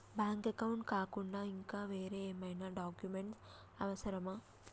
Bank account కాకుండా ఇంకా వేరే ఏమైనా డాక్యుమెంట్స్ అవసరమా?